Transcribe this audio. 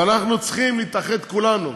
ואנחנו צריכים להתאחד כולנו,